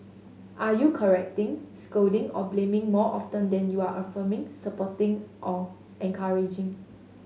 are you correcting scolding or blaming more often than you are affirming supporting or encouraging